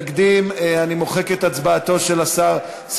ההצעה להפוך את הצעת חוק לתיקון פקודת העיריות (שידור ישיבות מועצה),